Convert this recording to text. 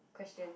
question